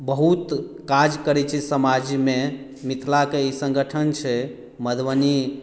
बहुत काज करै छै समाजमे मिथिलाके ई संगठन छै मधुबनी